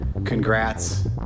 Congrats